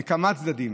מכמה צדדים,